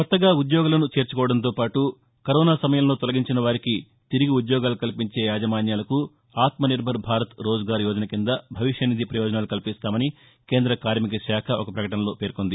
కొత్తగా ఉద్యోగులను చేర్చుకోవడంతో పాటు కరోనా సమయంలో తొలగించిన వారికి తిరిగి ఉ ద్యోగాలు కల్పించే యాజమాన్యాలకు ఆత్మనిర్బర్ భారత్ రోజ్గార్ యోజన కింద భవిష్య నిధి ప్రయోజనాలు కల్పిస్తామని కేంద్ర కార్నికశాఖ ఒక ప్రకటనలో పేర్కొంది